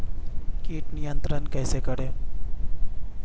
कीट नियंत्रण कैसे करें?